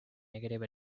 negative